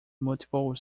multiple